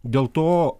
dėl to